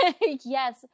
Yes